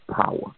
power